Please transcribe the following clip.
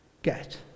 Get